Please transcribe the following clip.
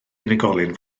unigolyn